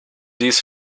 dies